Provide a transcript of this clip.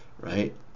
right